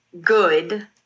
good